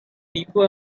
people